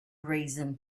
reason